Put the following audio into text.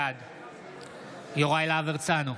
בעד יוראי להב הרצנו,